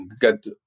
get